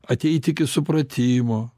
ateit iki supratimo